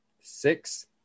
Six